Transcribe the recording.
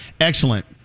Excellent